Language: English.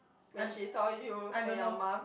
when she saw you and your mum